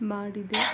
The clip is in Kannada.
ಮಾಡಿದೆ